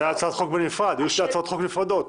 זו הצעת חוק בנפרד יש הצעות חוק נפרדות.